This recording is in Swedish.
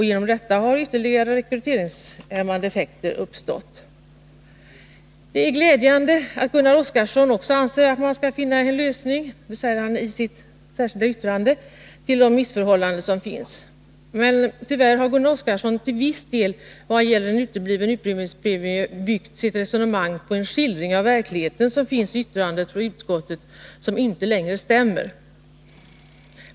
Genom detta här ytterligare rekryteringshämmande effekter uppstått. Det är glädjande att också Gunnar Oskarson, som han framhåller i sitt särskilda yttrande, anser att man bör finna en lösning som rättar till de missförhållanden som finns. Tyvärr har nog Gunnar Oskarson i vad gäller indragning av utbildningspremie till viss del byggt sitt resonemang på en skildring av verkligheten från utskottets betänkande, vilken inte längre är riktig.